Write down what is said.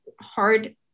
hard